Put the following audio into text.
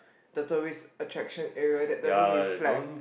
the tourist attraction area that doesn't reflect